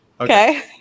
Okay